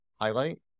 highlight